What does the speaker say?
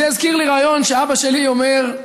זה הזכיר לי רעיון שאבא שלי אומר,